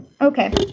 Okay